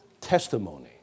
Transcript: testimony